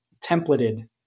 templated